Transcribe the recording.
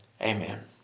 Amen